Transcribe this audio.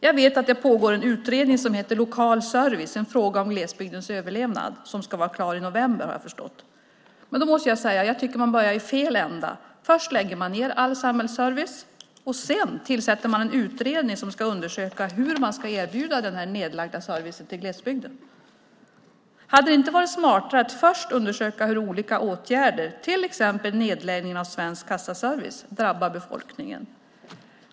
Jag vet att det pågår en utredning om lokal service, en fråga om glesbygdens överlevnad, och vad jag förstår ska den vara klar i november. Men då måste jag säga att jag tycker att man börjar i fel ända. Först lägger man ned all samhällsservice, och sedan tillsätter man en utredning som ska undersöka hur man ska erbjuda den nedlagda servicen till glesbygden. Hade det inte varit smartare att först undersöka hur olika åtgärder, till exempel nedläggning av Svensk Kassaservice, drabbar befolkningen?